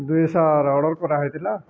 ଦୁଇ shirt order କରା ହେଇଥିଲା